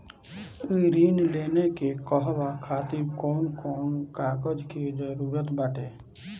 ऋण लेने के कहवा खातिर कौन कोन कागज के जररूत बाटे?